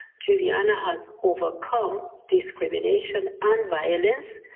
juliana has overcome discrimination and violence,